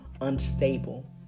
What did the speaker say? unstable